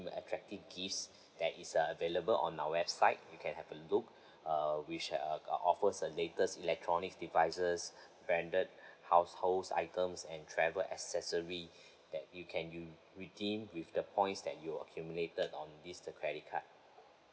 attractive gifts that is uh available on our website you can have a look uh which uh offers a latest electronic devices branded households items and travel accessory that you can you redeem with the points that you accumulated on this the credit card